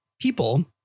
people